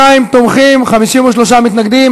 32 תומכים, 53 מתנגדים.